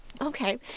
Okay